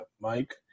Mike